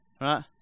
right